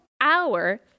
hour